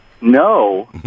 No